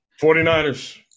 49ers